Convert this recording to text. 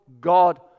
God